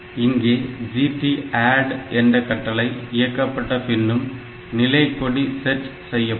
இங்கே GTADD என்ற கட்டளை இயக்கப்பட்ட பின்னும் நிலை கொடி செட் செய்யப்படும்